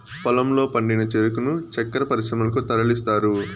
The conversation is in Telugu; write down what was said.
పొలంలో పండిన చెరుకును చక్కర పరిశ్రమలకు తరలిస్తారు